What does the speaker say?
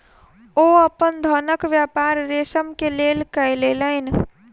ओ अपन धानक व्यापार रेशम के लेल कय लेलैन